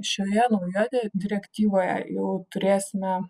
šioje naujo direktyvoje jau turėsime